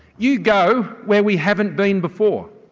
you go where we haven't been before,